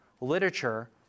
literature